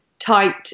tight